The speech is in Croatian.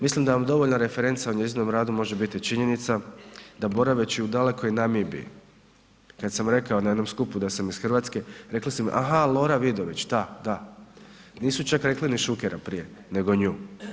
Mislim da vam dovoljno referenca o njezinom radu može biti činjenica da boraveći u dalekoj Namibiji kada sam rekao na jednom skupu da sam iz Hrvatske, rekli su mi aha Lora Vidović, da, da, nisu čak rekli ni Šukera prije nego nju.